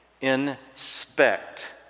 Inspect